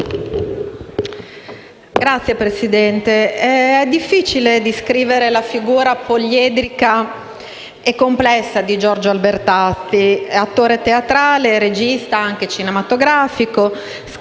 Signor Presidente, è difficile descrivere la figura poliedrica e complessa di Giorgio Albertazzi. Attore teatrale, regista, anche cinematografico, scrittore